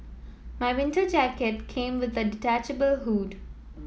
my winter jacket came with a detachable hood